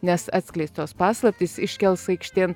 nes atskleistos paslaptys iškels aikštėn